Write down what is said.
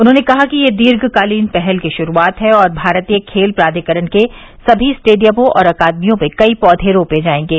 उन्होंने कहा कि यह दीर्घकालीन पहल की श्रुआत है और भारतीय खेल प्राधिकरण के सभी स्टेडियमों और अकादमियों में कई पैधे रोपे जाएंगे